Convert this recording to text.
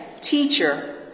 Teacher